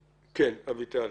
אביטל,